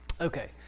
Okay